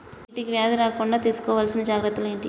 వీటికి వ్యాధి రాకుండా తీసుకోవాల్సిన జాగ్రత్తలు ఏంటియి?